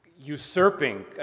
usurping